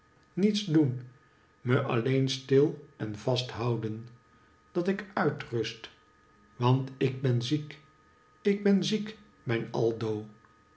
niets doen me alleen stil en vast zoo houden dat ik uitrust want ik ben ziek ik ben ziek mijn aldo